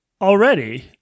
Already